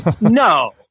No